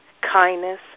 kindness